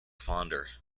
fonder